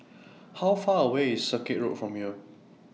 How Far away IS Circuit Road from here